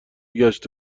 گشت